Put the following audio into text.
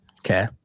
okay